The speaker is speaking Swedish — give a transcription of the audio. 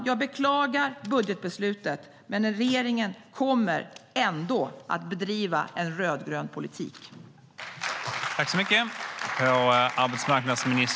Jag beklagar budgetbeslutet, men regeringen kommer ändå att bedriva en rödgrön politik!